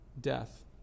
death